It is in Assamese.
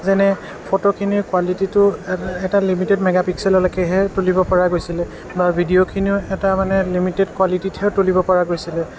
যেনে ফটোখিনি কোৱালিটিটো এটা লিমিটেড মেগা পিক্সেললৈকেহে তুলিব পৰা গৈছিলে বা ভিডিঅ'খিনিও এটা মানে লিমিটেদ কোৱালিটিতহে তুলিব পৰা গৈছিলে